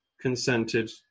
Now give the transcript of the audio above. consented